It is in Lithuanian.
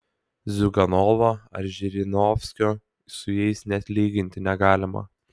ziuganovo ar žirinovskio su jais net lyginti negalima